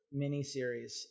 miniseries